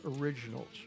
originals